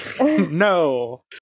no